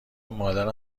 مادرم